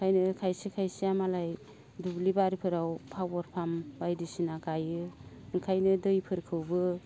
ओंखायनो खायसे खायसेया मालाय दुब्लिबारिफोराव पावार पाम्प बायदिसिना गायो ओंखायनो दैफोरखौबो